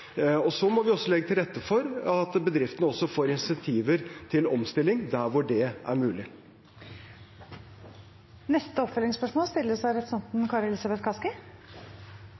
Så må vi også legge til rette for at bedriftene får incentiver til omstilling der hvor det er mulig. Kari Elisabeth Kaski – til oppfølgingsspørsmål.